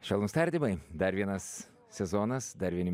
švelnūs tardymai dar vienas sezonas dar vieni